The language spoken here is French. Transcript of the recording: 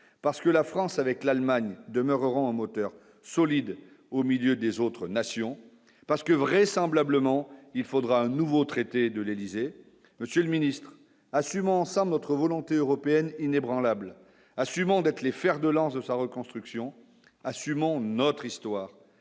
parce que la France avec l'Allemagne demeureront au moteur solide au milieu des autres nations parce que vraisemblablement il faudra un nouveau traité de l'Élysée Monsieur le Ministre, assument ensemble notre volonté européenne inébranlable assumant d'être les fers de lance de sa reconstruction assumant notre histoire